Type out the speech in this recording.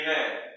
Amen